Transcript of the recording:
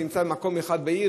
שנמצא במקום אחד בעיר,